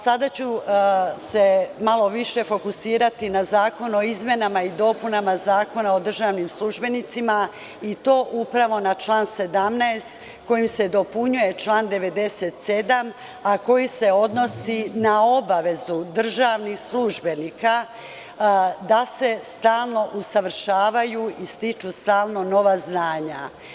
Sada ću se malo više fokusirati na Zakon o izmenama i dopunama Zakona o državnim službenicima i to upravu na član 17. kojim se dopunjuje član 97, a koji se odnosi na obavezu državnih službenika da se stalno usavršavaju i stiču stalno nova znanja.